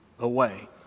away